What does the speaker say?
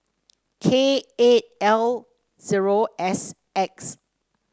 K eight L zero S X